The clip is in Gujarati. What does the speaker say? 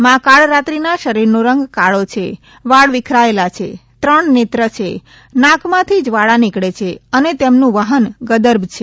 મા કાળરાત્રિના શરીરનો રંગ કાળો છે વાળ વિખરાયેલા છે ત્રણ નેત્ર છે નાકમાંથી જ્વાળા નીકળે છે અને તેમનું વાહન ગદર્ભ છે